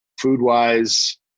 food-wise